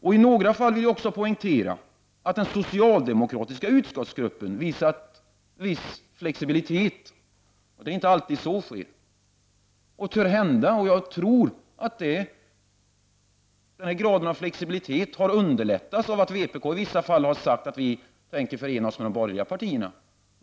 I några fall vill jag också poängtera att den socialdemokratiska utskottsgruppen visat viss flexibilitet. Det är inte alltid som detta sker. Jag tror att den här graden av flexibilitet i taxeringsfrågorna har ökats till följd av att vpk i vissa fall har förklarat att vpk kan förena sig med de borgerliga partierna.